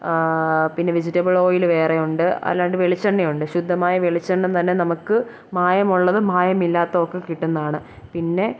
പിന്നെ vegetable oil വേറെയുണ്ട് അല്ലാണ്ട് വെളിച്ചെണ്ണയുണ്ട് ശുദ്ധമായ വെളിച്ചെണ്ണ തന്നെ നമുക്ക് മായമുള്ളതും മയമില്ലാത്തതൊക്കെ കിട്ടുന്നതാണ് പിന്നെ